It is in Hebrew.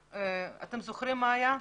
אתם זוכרים מה היה?